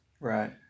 Right